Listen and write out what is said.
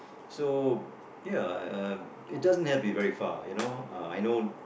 so ya uh it doesn't have to be very far you know I know